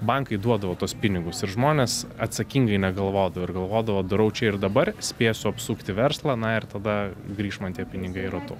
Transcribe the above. bankai duodavo tuos pinigus ir žmonės atsakingai negalvodavo ir galvodavo darau čia ir dabar spėsiu apsukti verslą na ir tada grįš man tie pinigai ratu